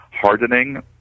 hardening